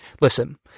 listen